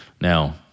Now